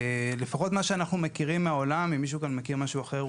שלפחות ממה שאנחנו מכירים מהעולם אם מישהו כאן מכיר משהו אחר,